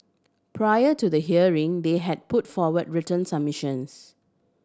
prior to the hearing they had put forward written submissions